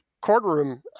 courtroom